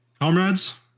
Comrades